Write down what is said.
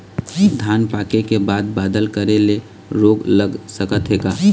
धान पाके के बाद बादल करे ले रोग लग सकथे का?